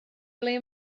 ble